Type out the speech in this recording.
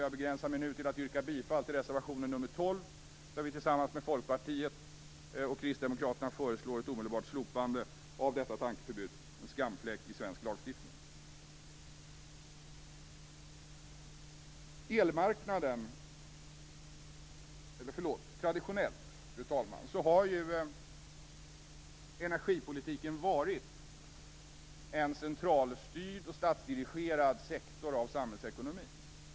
Jag begränsar mig nu till att yrka bifall till reservation nr 12, där vi tillsammans med Folkpartiet och Kristdemokraterna föreslår ett omedelbart slopande av detta tankeförbud - en skamfläck i svensk lagstiftning. Fru talman! Energipolitiken har ju traditionellt varit en centralstyrd och statsdirigerad sektor av samhällsekonomin.